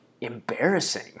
embarrassing